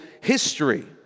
history